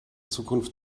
zukunft